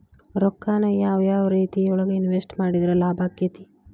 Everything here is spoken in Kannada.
ರೊಕ್ಕಾನ ಯಾವ ಯಾವ ರೇತಿಯೊಳಗ ಇನ್ವೆಸ್ಟ್ ಮಾಡಿದ್ರ ಲಾಭಾಕ್ಕೆತಿ?